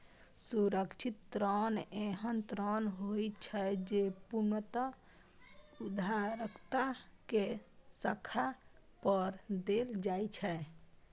असुरक्षित ऋण एहन ऋण होइ छै, जे पूर्णतः उधारकर्ता के साख पर देल जाइ छै